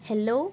hello